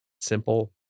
simple